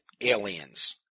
aliens